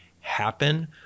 happen